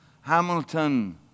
Hamilton